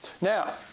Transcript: Now